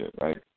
right